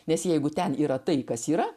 nes jeigu ten yra tai kas yra